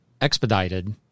expedited